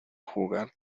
jugar